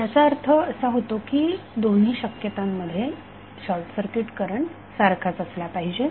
याचा अर्थ असा होतो की दोन्ही शक्यता मध्ये शॉर्टसर्किट करंट सारखाच असला पाहिजे